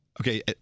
Okay